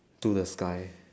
to the sky